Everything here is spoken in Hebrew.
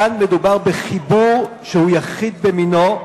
כאן מדובר בחיבור שהוא יחיד במינו,